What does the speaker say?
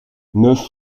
neuf